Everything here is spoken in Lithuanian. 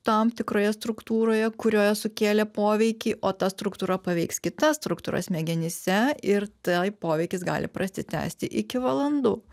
tam tikroje struktūroje kurioje sukėlė poveikį o ta struktūra paveiks kitas struktūras smegenyse ir taip poveikis gali prasitęsti iki valandų